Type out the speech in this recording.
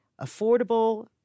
affordable